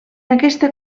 aquesta